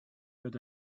but